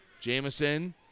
Jameson